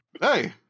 Hey